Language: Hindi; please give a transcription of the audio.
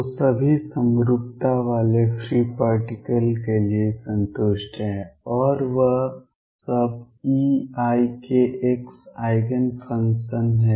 तो सभी समरूपता वाले फ्री पार्टिकल्स के लिए संतुष्ट हैं और वह सब eikx आइगेन फंक्शन है